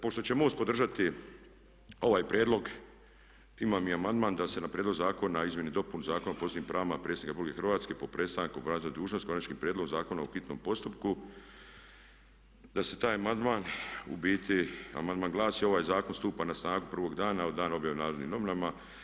Pošto će MOST podržati ovaj prijedlog, imam i amandman da se na prijedlog zakona o izmjeni i dopuni Zakona o posebnim pravima predsjednika RH po prestanku obavljanja dužnosti, Konačni prijedlog zakona u hitnom postupku, da se taj amandman, ubiti amandman glasi ovaj zakon stupa na snagu prvog dana od dana objave u Narodnim novinama.